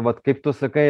vat kaip tu sakai